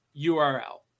URL